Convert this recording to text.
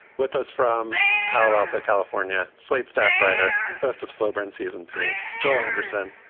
with us from palo alto, california. slate staff writer. host of slow burn season three. joel anderson.